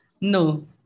No